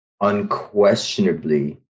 unquestionably